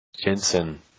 Jensen